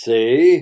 See